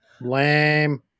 Lame